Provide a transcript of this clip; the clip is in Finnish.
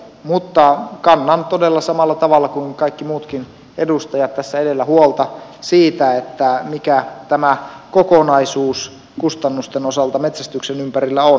mutta kannan todella samalla tavalla kuin kaikki muutkin edustajat tässä edellä huolta siitä mikä tämä kokonaisuus kustannusten osalta metsästyksen ympärillä on